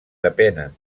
depenen